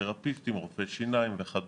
כמו פיזיותרפיסטים, רופאי שיניים וכדומה.